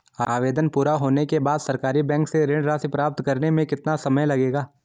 आवेदन पूरा होने के बाद सरकारी बैंक से ऋण राशि प्राप्त करने में कितना समय लगेगा?